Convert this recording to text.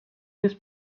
this